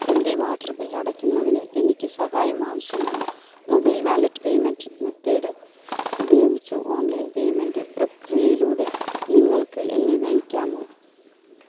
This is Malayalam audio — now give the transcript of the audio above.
എൻ്റെ വാട്ടർ ബിൽ അടയ്ക്കുന്നതിന് എനിക്ക് സഹായം ആവശ്യമാണ് മൊബൈൽ വാലറ്റ് പേയ്മെൻറ്റ് മെത്തേഡ് ഉപയോഗിച്ച് ഓൺലൈൻ പേയ്മെൻറ്റ് പ്രക്രിയയിലൂടെ നിങ്ങൾക്ക് എന്നെ നയിക്കാമോ